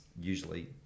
usually